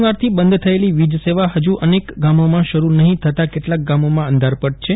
શનિવારથી બંધ થયેલી વીજસેવા ફજુ અનેક ગામોમાં શરૂ નફીં થતાં કેટલાક ગામોમાં અંધારપટ છે